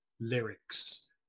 lyrics